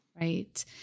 Right